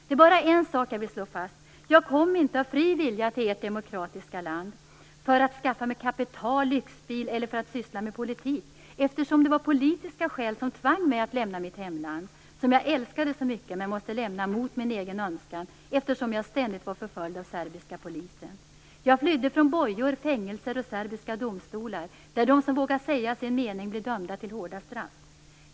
Det är bara en sak jag vill slå fast: jag kom inte av fri vilja till ert demokratiska land för att skaffa mig kapital, lyxbil eller för att syssla med politik, eftersom det var politiska skäl som tvang mig att lämna mitt hemland, som jag älskade så mycket men måste lämna mot min egen önskan eftersom jag ständigt var förföljd av serbiska polisen. Jag flydde från bojor, fängelser och serbiska domstolar där de som vågar säga sin mening blir dömda till hårda straff.